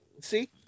See